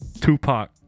Tupac